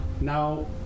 Now